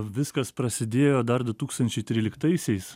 viskas prasidėjo dar du tūkstančiai tryliktaisiais